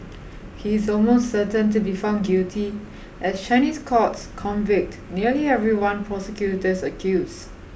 he is almost certain to be found guilty as Chinese courts convict nearly everyone prosecutors accuse